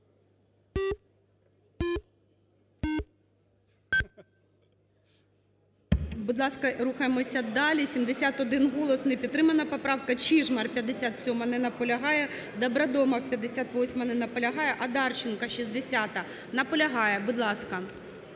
Будь ласка, рухаємося далі. 71 голос, не підтримана поправка. Чижмарь, 57-а. Не наполягає. Добродомов, 58-а. Не наполягає. Одарченко, 60-а. Наполягає. Будь ласка.